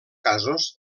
casos